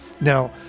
Now